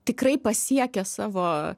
tikrai pasiekia savo